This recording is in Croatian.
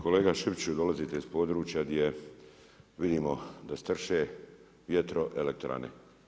Kolega Šipiću, dolazite iz područja gdje vidimo da strše vjetroelektrane.